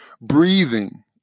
Breathing